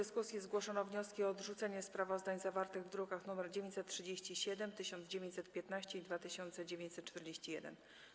W dyskusji zgłoszono wnioski o odrzucenie sprawozdań zawartych w drukach nr 937, 1915 i 2941.